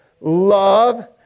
love